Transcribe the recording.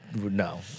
no